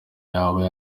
yaba